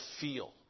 feel